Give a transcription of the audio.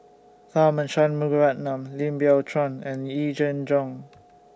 Tharman Shanmugaratnam Lim Biow Chuan and Yee Jenn Jong